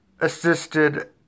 assisted